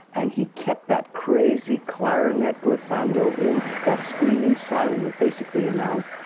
and he kept that crazy clarinet glissando in, that screaming siren that basically announced,